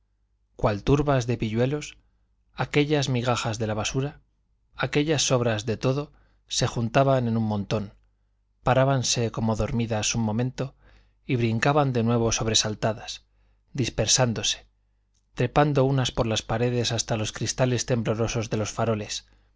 cual turbas de pilluelos aquellas migajas de la basura aquellas sobras de todo se juntaban en un montón parábanse como dormidas un momento y brincaban de nuevo sobresaltadas dispersándose trepando unas por las paredes hasta los cristales temblorosos de los faroles